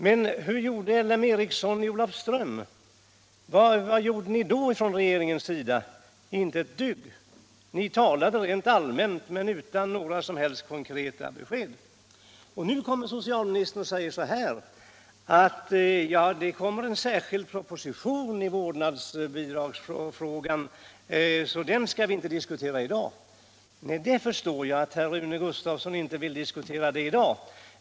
Men hur blev det med L M Ericsson i Olofström? Vad gjorde ni då ifrån regeringens sida? Inte ett dyft! Ni gjorde bara helt allmänna uttalanden som inte innebar några som helst konkreta besked. Nu säger socialministern: det kommer en särskild proposition i vårdnadsbidragsfrågan, så den skall vi inte diskutera i dag. Att herr Rune Gustavsson inte vill diskutera detta i dag, det förstår jag.